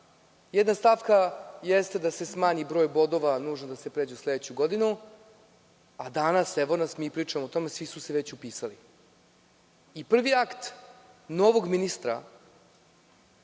Jedna stavka jeste da se smanji broj bodova nužan da se pređe u sledeću godinu, a danas, evo nas, mi pričamo o tome, svi su se već upisali. Prvi akt novog ministra